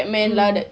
hmm